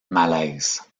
malaise